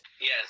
Yes